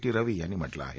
T Ravi यांनी म्हटलं आहे